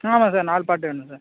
ஆமாம் சார் நாலு பார்ட் வேணும் சார்